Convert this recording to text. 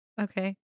Okay